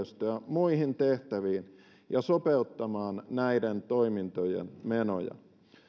muihin tehtäviin ja sopeuttamaan näiden toimintojen menoja